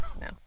No